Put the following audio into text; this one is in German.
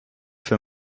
für